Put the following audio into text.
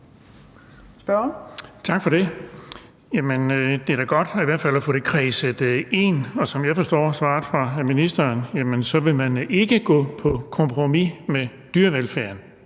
Tak for det. Det er da godt i hvert fald at få det kredset ind, og som jeg forstår svaret fra ministeren, så vil man ikke gå på kompromis med dyrevelfærden.